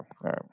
right